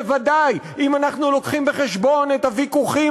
בוודאי אם אנחנו מביאים בחשבון את הוויכוחים